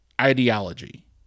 ideology